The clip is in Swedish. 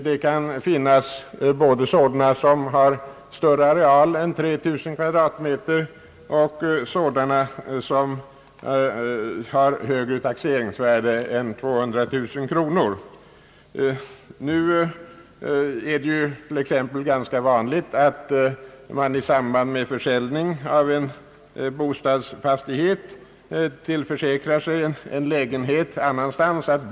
Det kan finnas sådana som har större areal än 3 000 kvadratmeter och sådana som har högre taxeringsvärde än 200000 kronor. Det är ganska vanligt att man i samband med försäljning av en bostadsfastighet tillförsäkrar sig en lägenhet annanstans.